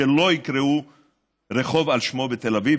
שלא יקראו רחוב על שמו בתל אביב,